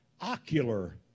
ocular